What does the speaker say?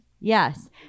Yes